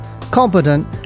competent